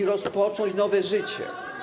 i rozpocząć nowe życie.